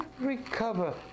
recover